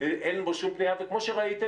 אין בו שום פנייה וכמו שראיתם,